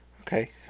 Okay